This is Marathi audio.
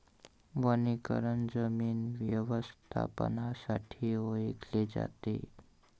वनीकरण जमीन व्यवस्थापनासाठी ओळखले जाते